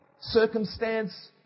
circumstance